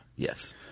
Yes